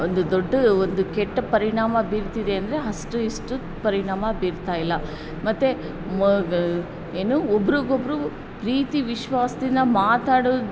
ಒಂದು ದೊಡ್ಡ ಒಂದು ಕೆಟ್ಟ ಪರಿಣಾಮ ಬೀರ್ತಿದೆ ಅಂದರೆ ಅಷ್ಟು ಇಷ್ಟು ಪರಿಣಾಮ ಬೀರ್ತಾಯಿಲ್ಲ ಮತ್ತೆ ಏನು ಒಬ್ರಿಗೊಬ್ಬರು ಪ್ರೀತಿ ವಿಶ್ವಾಸದಿಂದ ಮಾತಾಡೊ